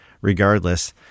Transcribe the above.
regardless